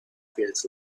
feels